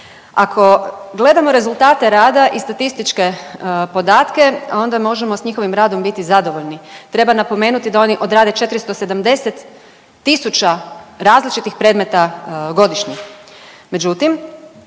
Ako gledamo rezultate rada i statističke podatke, onda možemo s njihovim radom biti zadovoljni. Treba napomenuti da oni odrade 470 tisuća različitih predmeta godišnje.